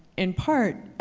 in part,